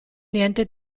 niente